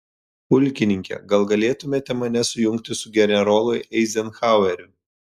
pulkininke gal galėtumėte mane sujungti su generolu eizenhaueriu